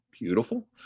beautiful